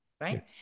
right